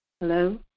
Hello